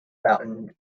mountain